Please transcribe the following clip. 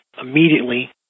immediately